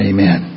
Amen